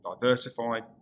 diversified